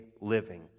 living